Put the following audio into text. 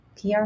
PR